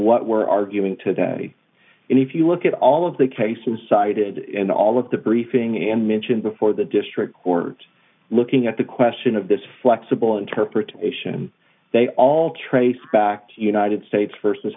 we're arguing today and if you look at all of the cases cited and all of the briefing and mentioned before the district court looking at the question of this flexible interpretation they all trace back to united states versus